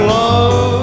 love